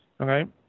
Okay